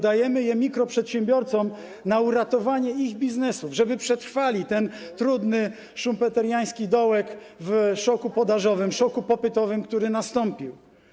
Dajemy je mikroprzedsiębiorcom na uratowanie ich biznesów, żeby przetrwali ten trudny Schumpeteriański dołek w szoku podażowym, szoku popytowym, który nastąpił.